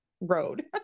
road